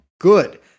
good